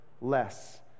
less